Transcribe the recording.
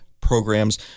programs